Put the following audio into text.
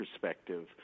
perspective